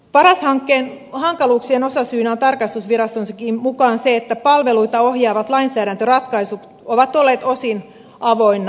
paras hankkeen hankaluuksien osasyynä on tarkastusvirastonkin mukaan se että palveluita ohjaavat lainsäädäntöratkaisut ovat olleet osin avoinna